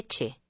leche